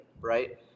right